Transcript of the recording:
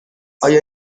آیا